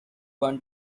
want